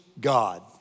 God